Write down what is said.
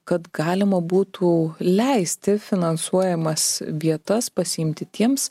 kad galima būtų leisti finansuojamas vietas pasiimti tiems